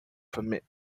permit